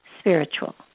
Spiritual